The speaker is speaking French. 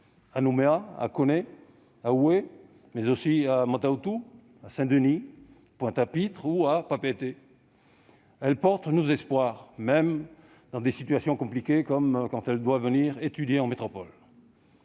à Nouméa, à Koné, à Wé, mais aussi à Mata-Utu, à Saint-Denis, à Pointe-à-Pitre ou à Papeete. Elle porte nos espoirs, même dans des situations compliquées, comme quand elle doit venir étudier en métropole.